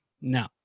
No